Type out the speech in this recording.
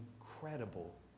incredible